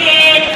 מי נגד?